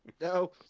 No